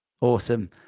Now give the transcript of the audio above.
Awesome